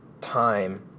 time